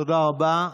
תודה רבה.